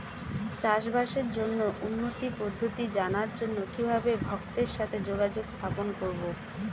চাষবাসের জন্য উন্নতি পদ্ধতি জানার জন্য কিভাবে ভক্তের সাথে যোগাযোগ স্থাপন করব?